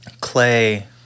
Clay